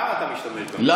למה אתה משתמש במילה הזאת?